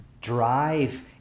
Drive